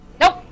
Nope